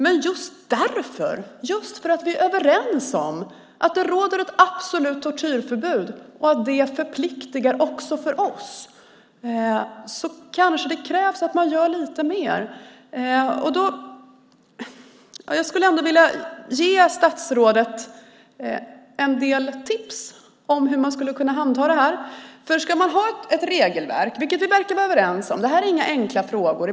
Men just eftersom vi är överens om att det råder ett absolut tortyrförbud och att det förpliktar krävs det kanske att man gör lite mer. Jag skulle därför vilja ge statsrådet en del tips om hur man skulle kunna handha detta. Vi är överens om att vi ska ha ett regelverk, för det här är inga enkla frågor.